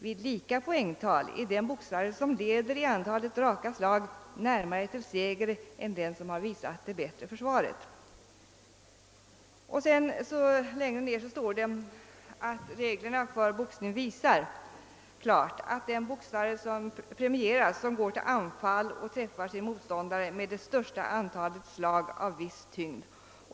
Vid lika poängtal är den boxare som leder i antalet raka slag närmare till seger än den som har visat det bättre försvaret.» Och något längre fram står det: «Reglerna för boxning visar... klart, att den boxare premieras som går till anfall och träffar sin motståndare med det största antalet slag av viss tyngd.